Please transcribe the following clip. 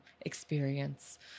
experience